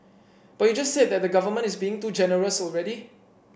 but you just said that the government is being too generous already